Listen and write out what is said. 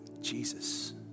Jesus